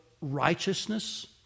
righteousness